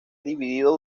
dividido